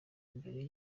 mbere